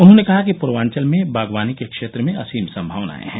उन्होंने कहा कि पूर्वाचल में बागवानी के क्षेत्र में असीम सम्भावनायें हैं